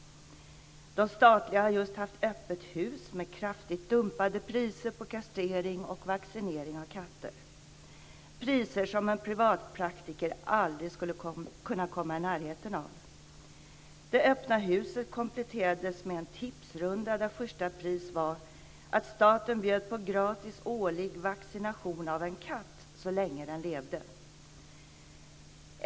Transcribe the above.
De statliga veterinärerna har just haft öppet hus med kraftigt dumpade priser på kastrering och vaccinering av katter, priser som en privatpraktiker aldrig skulle kunna komma i närheten av. Det öppna huset kompletterades med en tipsrunda där första pris var att staten bjöd på gratis årlig vaccination av en katt så länge den levde.